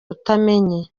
utamenye